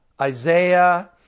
Isaiah